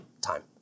time